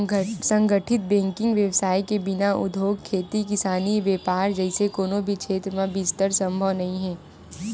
संगठित बेंकिग बेवसाय के बिना उद्योग, खेती किसानी, बेपार जइसे कोनो भी छेत्र म बिस्तार संभव नइ हे